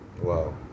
Wow